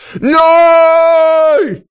No